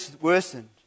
worsened